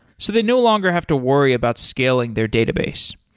so they no longer have to worry about scaling their database.